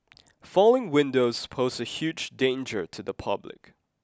falling windows pose a huge danger to the public